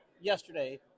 Yesterday